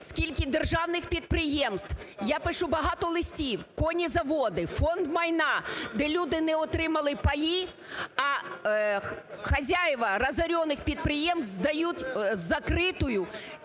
скільки державних підприємств, я пишу багато листів, конезаводи, фонд майна, де люди не отримали паї, а хазяїва розорених підприємств здають в закритою